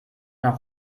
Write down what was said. nach